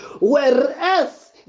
Whereas